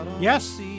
Yes